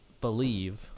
believe